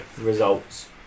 results